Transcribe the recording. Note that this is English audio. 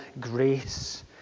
grace